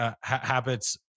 habits